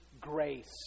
grace